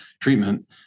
treatment